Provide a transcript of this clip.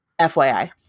FYI